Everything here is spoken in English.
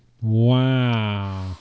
Wow